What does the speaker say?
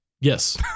Yes